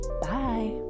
Bye